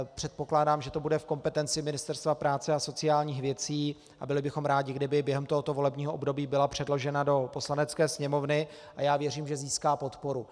Předpokládám, že to bude v kompetenci Ministerstva práce a sociálních věcí, a byli bychom rádi, kdyby během tohoto volebního období byla předložena do Poslanecké sněmovny, a věřím, že získá podporu.